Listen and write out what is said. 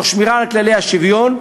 תוך שמירה על כללי השוויון,